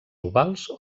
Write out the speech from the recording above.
ovals